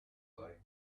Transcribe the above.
like